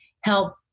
help